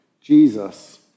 Jesus